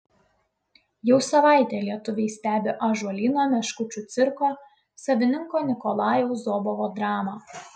jau savaitę lietuviai stebi ąžuolyno meškučių cirko savininko nikolajaus zobovo dramą